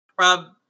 Rob